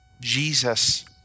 Jesus